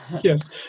Yes